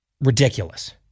ridiculous